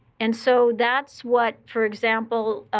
and so that's what, for example,